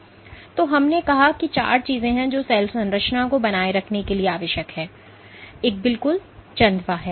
तो हमने कहा कि चार चीजें हैं जो सेल संरचना को बनाए रखने के लिए आवश्यक हैं एक बिल्कुल चंदवा है